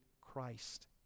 Christ